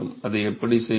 அதை எப்படி செய்வது